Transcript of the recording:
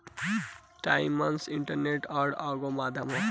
times interest earned एगो माध्यम ह